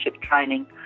training